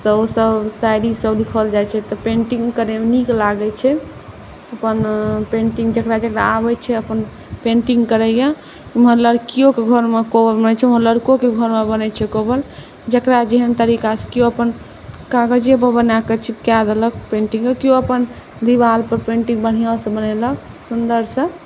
तऽ ओतय शायरीसभ लिखल जाइत छै तऽ पेंटिंग करैमे नीक लगैत छै तहन पेंटिंग जकरा जकरा आबैत छै अपन पेंटिंग करैए ओम्हर लड़किओके घरमे कोबर बनैत छै ओम्हर लड़कोके घरमे बनैत छै कोबर जकरा जेहन तरीकासँ किओ अपन कागजेपर बनाकय चिपकाए देलक किओ अपन दीवाल पर पेंटिंग बढ़िआँसँ बनेलक सुन्दरसँ